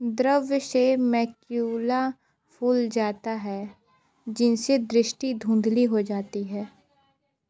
द्रव्य से मैक्युला फूल जाता है जिनसे दृष्टि धुंधली हो जाती है